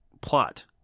plot